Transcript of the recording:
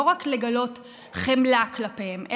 לא רק לגלות חמלה כלפיהם,